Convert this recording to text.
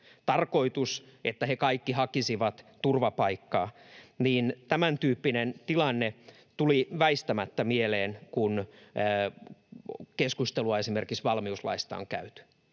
tarkoituksella, että he kaikki hakisivat turvapaikkaa. Tämäntyyppinen tilanne tuli väistämättä mieleen, kun keskustelua esimerkiksi valmiuslaista on käyty.